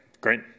Great